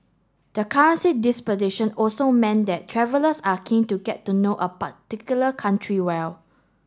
the currency disposition also meant that travellers are keen to get to know a particular country well